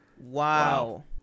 Wow